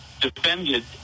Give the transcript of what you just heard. defended